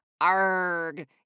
ARG